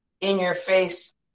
in-your-face